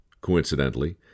coincidentally